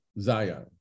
Zion